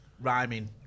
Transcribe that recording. Rhyming